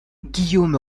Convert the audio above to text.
guillaume